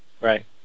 Right